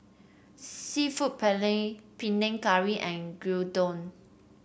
seafood Paella Panang Curry and Gyudon